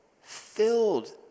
filled